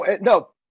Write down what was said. no